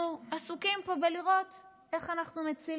אנחנו עסוקים פה בלראות איך אנחנו מצילים,